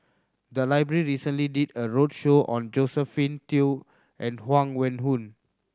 the library recently did a roadshow on Josephine Teo and Huang Wenhong